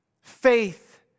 faith